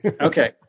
Okay